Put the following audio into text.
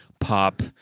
pop